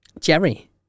Jerry